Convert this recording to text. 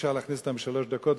אי-אפשר להכניס אותן בשלוש דקות,